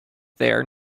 there